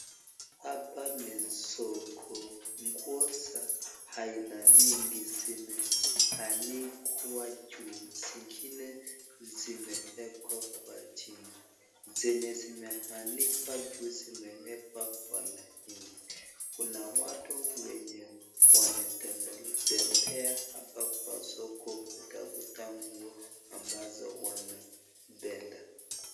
Hapa ni soko, nguo za aina mingi zimeanikwa juu, zingine zimeekwa chini. Zenye zimeanikwa juu zimeekwa kwa laini. Kuna watu wenye wanatembea hapa kwa soko kutafuta nguo ambazo wanapenda.